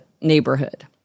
neighborhood